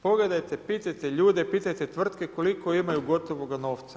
Pogledajte, pitajte ljude, pitajte tvrtke koliko imaju gotovoga novca.